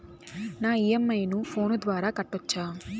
నా ఇ.ఎం.ఐ ను ఫోను ద్వారా కట్టొచ్చా?